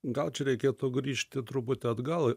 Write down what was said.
gal čia reikėtų grįžti truputį atgal